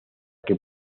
que